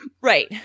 Right